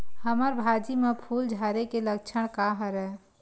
हमर भाजी म फूल झारे के लक्षण का हरय?